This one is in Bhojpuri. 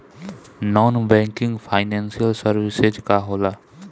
नॉन बैंकिंग फाइनेंशियल सर्विसेज का होला?